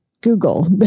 Google